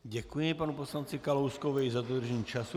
Děkuji panu poslanci Kalouskovi za dodržení času.